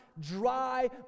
dry